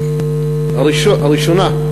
הראשונה,